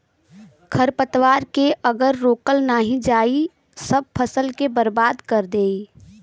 खरपतवार के अगर रोकल नाही जाई सब फसल के बर्बाद कर देई